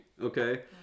Okay